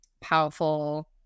powerful